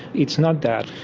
it's not that.